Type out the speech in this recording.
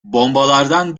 bombalardan